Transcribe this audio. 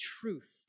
truth